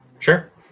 Sure